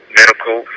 medical